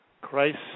Christ